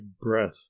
breath